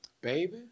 Baby